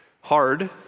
hard